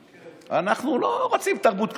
אנחנו לא רוצים תרבות כזאת,